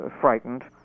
frightened